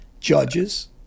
judges